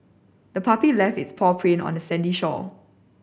the puppy left its paw print on the sandy shore